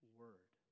word